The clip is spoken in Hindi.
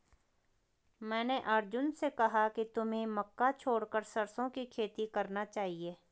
मैंने अर्जुन से कहा कि तुम्हें मक्का छोड़कर सरसों की खेती करना चाहिए